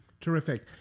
Terrific